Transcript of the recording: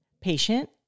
patient